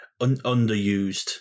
underused